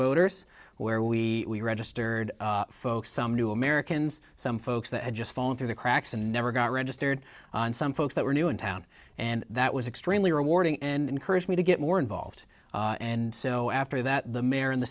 voters where we registered folks some new americans some folks that had just fallen through the cracks and never got registered and some folks that were new in town and that was extremely rewarding and encouraged me to get more involved and so after that the mayor and the